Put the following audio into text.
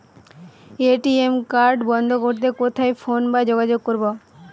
ATM card বন্ধ করতে কোথায় ফোন বা যোগাযোগ করব?